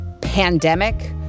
pandemic